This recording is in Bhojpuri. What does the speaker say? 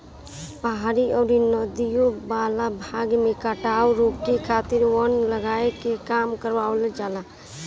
पहाड़ी अउरी नदियों वाला भाग में कटाव रोके खातिर वन लगावे के काम करवावल जाला